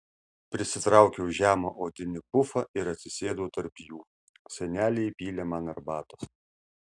prisitraukiau žemą odinį pufą ir atsisėdau tarp jų o senelė įpylė man arbatos